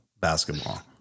basketball